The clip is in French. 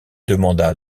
demanda